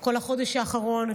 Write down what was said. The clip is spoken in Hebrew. כל החודש האחרון,